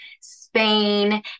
Spain